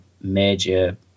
major